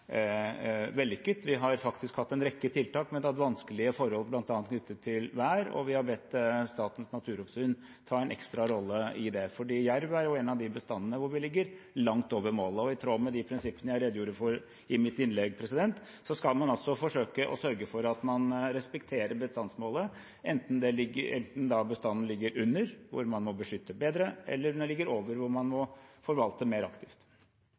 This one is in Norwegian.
vellykket. Vi har faktisk hatt en rekke tiltak, men det har vært vanskelige forhold bl.a. knyttet til vær, og vi har bedt Statens naturoppsyn ta en ekstra rolle i det. Jerv er en av bestandene hvor vi ligger langt over målet. I tråd med de prinsippene jeg redegjorde for i mitt innlegg, skal man altså forsøke å sørge for at man respekterer bestandsmålet, enten bestanden ligger under, hvor man må beskytte bedre, eller den ligger over, hvor man må forvalte mer aktivt.